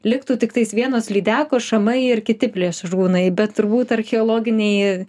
liktų tiktais vienos lydekos šamai ir kiti plėšrūnai bet turbūt archeologiniai